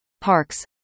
parks